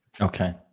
Okay